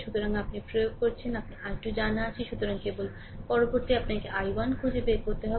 সুতরাং যদি আপনি প্রয়োগ করেন সুতরাং i2 জানা আছে সুতরাং কেবল পরবর্তী আপনাকে i1 খুঁজে বের করতে হবে